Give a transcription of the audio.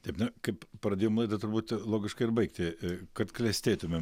taip na kaip pradėjom laidą turbūt logiška ir baigti kad klestėtumėm